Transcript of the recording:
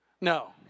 No